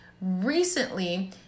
recently